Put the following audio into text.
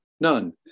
none